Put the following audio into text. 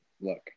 look